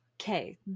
Okay